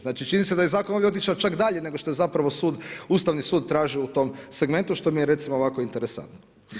Znači čini se da je zakon ovdje otišao čak dalje nego što je zapravo sud, Ustavni sud tražio u tom segmentu što mi je recimo ovako interesantno.